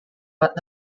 but